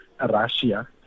russia